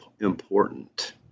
important